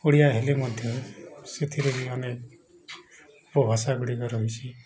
ଓଡ଼ିଆ ହେଲେ ମଧ୍ୟ ସେଥିରେ ବି ଅନେକ ଉପଭାଷା ଗୁଡ଼ିକ ରହିଛି